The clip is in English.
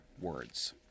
words